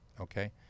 Okay